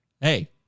Hey